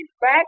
back